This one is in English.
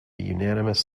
unanimous